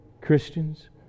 Christians